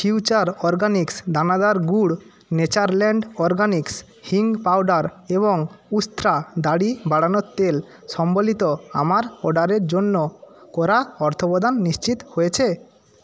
future Organics দানাদার গুড় Natureland Organics হিং পাউডার এবং উস্ত্রা দাড়ি বাড়ানোর তেল সম্বলিত আমার অর্ডারের জন্য করা অর্থপ্রদান নিশ্চিত হয়েছে